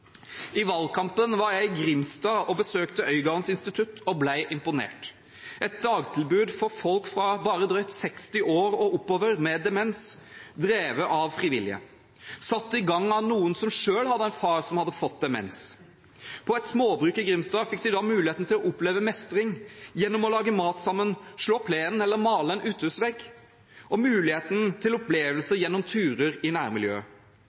I valgkampen var jeg i Grimstad og besøkte Øygardens Institutt og ble imponert. Det er et dagtilbud for folk fra bare drøyt 60 år og oppover med demens, drevet av frivillige, satt i gang av noen som selv hadde en far som hadde fått demens. På et småbruk i Grimstad fikk de muligheten til å oppleve mestring gjennom å lage mat sammen, slå plenen eller male en uthusvegg og muligheten til opplevelser gjennom turer i nærmiljøet.